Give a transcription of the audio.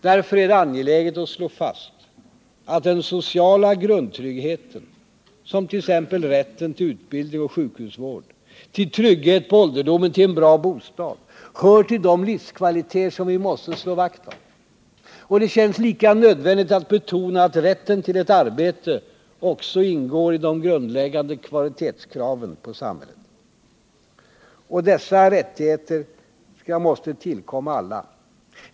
Därför är det angeläget att slå fast att den sociala grundtryggheten — som t.ex. rätten till utbildning och sjukhusvård, till trygghet på ålderdomen, till en bra bostad — hör till de livskvaliteter som vi måste slå vakt om. Och det känns lika nödvändigt att betona att rätten till ett arbete också ingår i de grundläggande kvalitetskraven på samhället. Och dessa rättigheter måste tillkomma alla.